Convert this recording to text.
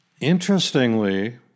interestingly